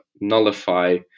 nullify